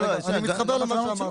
אני מתחבר למה שאמרת.